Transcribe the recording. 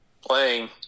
playing